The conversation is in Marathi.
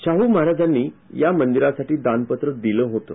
शाहू महाराजांनी या मंदिरासाठी दानपत्र दिलं होतं